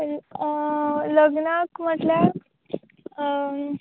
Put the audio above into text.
लग्नाक म्हटल्यार